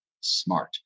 smart